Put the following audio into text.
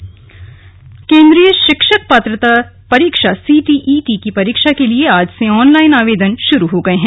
शिक्षक पात्रता केन्द्रीय शिक्षक पात्रता परीक्षा सीटीईटी की परीक्षा के लिए आज से ऑनलाइन आवेदन शुरू हो गए हैं